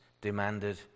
demanded